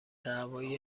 هوایی